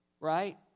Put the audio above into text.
Right